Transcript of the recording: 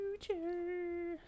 Future